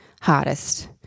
hardest